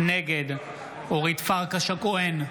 נגד אורית פרקש הכהן,